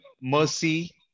mercy